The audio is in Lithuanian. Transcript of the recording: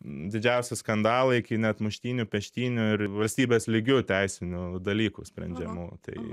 didžiausi skandalai iki net muštynių peštynių ir valstybės lygiu teisinių dalykų sprendimu tai